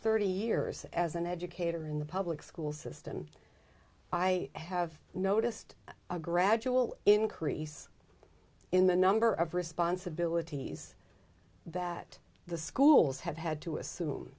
thirty years as an educator in the public school system i have noticed a gradual increase in the number of responsibilities that the schools have had to assume